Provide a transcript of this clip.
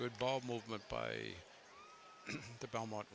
good ball movement by the belmont